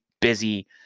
busy